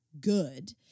good